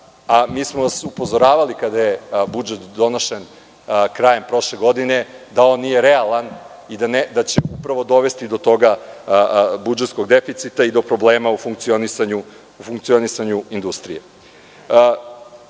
dana. Mi smo vas upozoravali kada je budžet donošen krajem prošle godine da on nije realan i da će upravo dovesti do toga, budžetskog deficita i do problema u funkcionisanju industrije. Puno